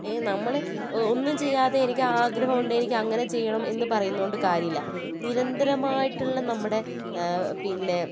ഏ നമ്മൾ ഒന്നും ചെയ്യാതെ എനിക്ക് ആഗ്രഹം ഉണ്ട് എനിക്കങ്ങനെ ചെയ്യണം എന്ന് പറയുന്നത് കൊണ്ട് കാര്യമില്ല നിരന്തരമായിട്ടുള്ള നമ്മുടെ പിന്നെ